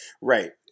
Right